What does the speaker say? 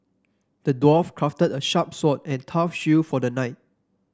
the dwarf crafted a sharp sword and tough shield for the knight